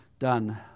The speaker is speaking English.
done